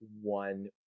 one